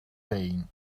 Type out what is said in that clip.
pain